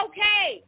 Okay